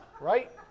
right